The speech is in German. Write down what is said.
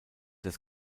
des